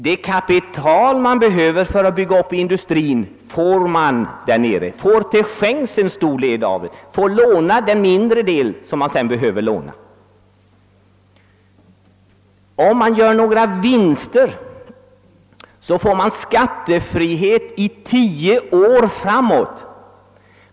Det kapital man behöver för att bygga upp industrin får man till stor del till skänks, och så kan man låna den mindre del som ytterligare behövs. Och om man gör några vinster får man skattefrihet i tio år framåt.